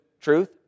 truth